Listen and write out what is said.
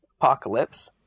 Apocalypse